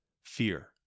fear